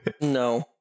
No